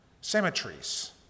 cemeteries